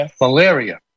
malaria